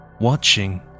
Watching